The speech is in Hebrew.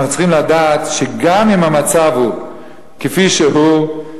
אנחנו צריכים לדעת שגם אם המצב הוא כפי שהוא,